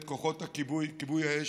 את כוחות כיבוי האש,